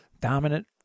Dominant